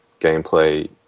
gameplay